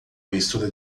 mistura